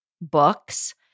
books